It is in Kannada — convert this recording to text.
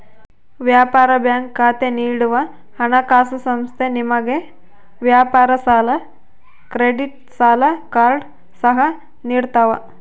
ವ್ಯಾಪಾರ ಬ್ಯಾಂಕ್ ಖಾತೆ ನೀಡುವ ಹಣಕಾಸುಸಂಸ್ಥೆ ನಿಮಗೆ ವ್ಯಾಪಾರ ಸಾಲ ಕ್ರೆಡಿಟ್ ಸಾಲ ಕಾರ್ಡ್ ಸಹ ನಿಡ್ತವ